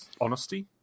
honesty